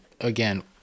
again